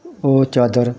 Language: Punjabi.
ਉਹ ਚਾਦਰ